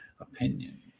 opinion